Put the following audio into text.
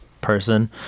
person